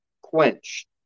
quenched